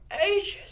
ages